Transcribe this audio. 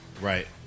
Right